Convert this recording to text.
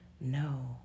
no